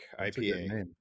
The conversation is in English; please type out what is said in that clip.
ipa